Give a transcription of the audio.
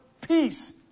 peace